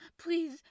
please